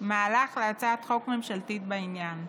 מהלך להצעת חוק ממשלתית בעניין.